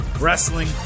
wrestling